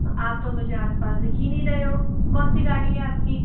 आप तो मुझे आसपास दिख ही नहीं रहे हो कौन सी गाड़ी है आपकी